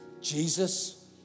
Jesus